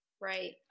right